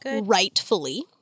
rightfully